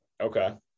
okay